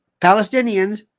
Palestinians